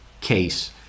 case